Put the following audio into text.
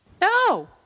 No